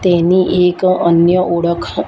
તેની એક અન્ય ઓળખ